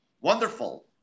Wonderful